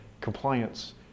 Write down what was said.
compliance